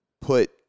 put